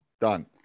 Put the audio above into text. Done